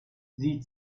sie